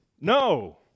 no